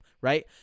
Right